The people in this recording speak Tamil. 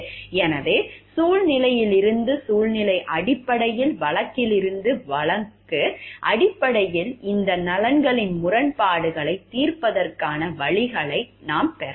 எனவே சூழ்நிலையிலிருந்து சூழ்நிலை அடிப்படையில் வழக்கிலிருந்து வழக்கு அடிப்படையில் இந்த நலன்களின் முரண்பாடுகளைத் தீர்ப்பதற்கான வழிகளை நாம் பெறலாம்